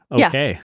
okay